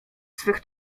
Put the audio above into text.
swych